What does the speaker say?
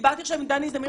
דברתי עכשיו עם דני זמיר.